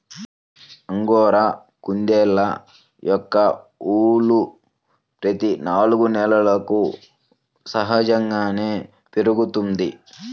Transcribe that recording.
angora కుందేళ్ళ యొక్క ఊలు ప్రతి నాలుగు నెలలకు సహజంగానే పెరుగుతుంది